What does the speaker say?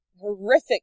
horrific